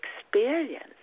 experience